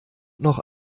noch